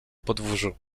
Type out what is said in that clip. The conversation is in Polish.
podwórzu